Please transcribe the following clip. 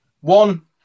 one